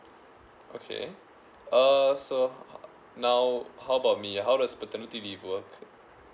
okay err so now how about me how does paternity leave work